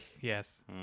Yes